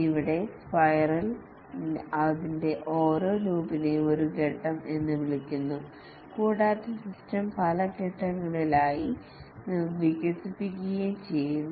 ഇവിടെ സ്പൈറൽ ത്തിന്റെ ഓരോ ലൂപ്പിനെയും ഒരു ഘട്ടം എന്ന് വിളിക്കുന്നു കൂടാതെ സിസ്റ്റം പല ഘട്ടങ്ങളിലായി വികസിക്കുകയും ചെയ്യുന്നു